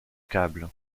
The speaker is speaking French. câble